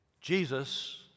Jesus